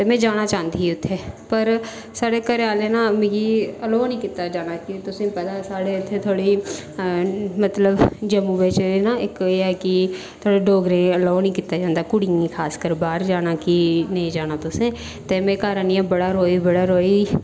ते में जाना चाहंदी ही उत्थै पर साढ़े घरै आह्लें ना मिगी अलोऽ निं कीता जाना कि तुसेंगी पता कि इत्थै साढ़ी थोह्ड़ी जम्मू बिच ना इक्क एह् ऐ कि थोह्ड़े डोगरें च अलोऽ निं कीता जंदा बाह्र जानै गी खासकर कुड़ियें गी जाना की नेईं जाना तुसें ते में घर आनियै बड़ा रोई बड़ा रोई